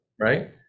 right